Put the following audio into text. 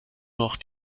noch